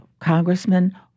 congressman